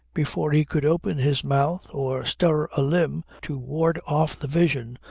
before he could open his mouth or stir a limb to ward off the vision,